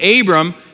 Abram